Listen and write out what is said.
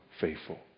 faithful